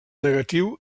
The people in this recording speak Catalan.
negatiu